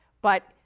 but,